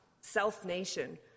self-nation